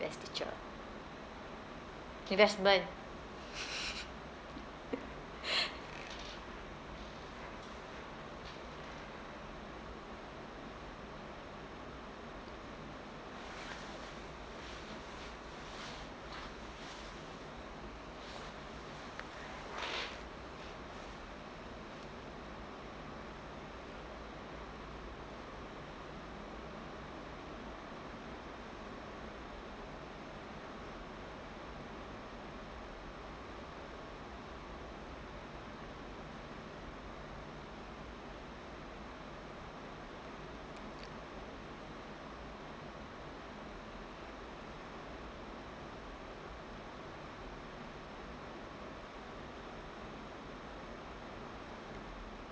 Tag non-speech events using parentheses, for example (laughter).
investiture (laughs)